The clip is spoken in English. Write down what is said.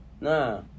nah